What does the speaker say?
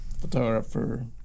photographer